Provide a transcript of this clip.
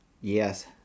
Yes